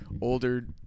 older